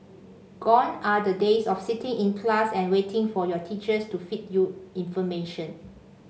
gone are the days of sitting in class and waiting for your teacher to feed you information